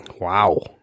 Wow